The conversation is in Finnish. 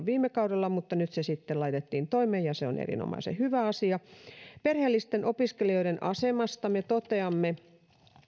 viime kaudella mutta nyt se sitten laitettiin toimeen ja se on erinomaisen hyvä asia perheellisten opiskelijoiden asemasta me toteamme